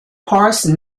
parse